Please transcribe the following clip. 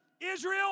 Israel